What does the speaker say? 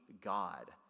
God